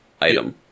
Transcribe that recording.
item